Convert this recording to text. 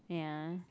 ya